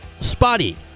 Spotty